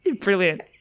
brilliant